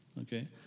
Okay